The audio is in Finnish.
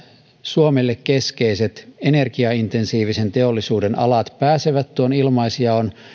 suomelle keskeiset energiaintensiivisen teollisuuden alat pääsevät ilmaisjaon